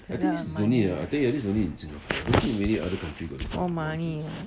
all money all money uh